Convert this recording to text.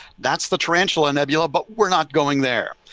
that's the tarantula nebula, but we're not going there.